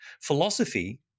Philosophy